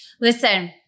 Listen